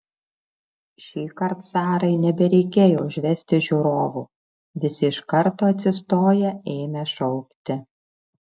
šįkart sarai nebereikėjo užvesti žiūrovų visi iš karto atsistoję ėmė šaukti